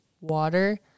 water